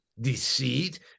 deceit